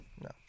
no